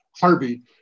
Harvey